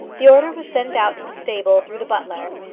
the order was sent out to the stable through the butler,